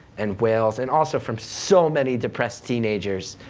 and wales, and also from so many depressed teenagers.